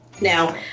Now